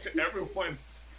everyone's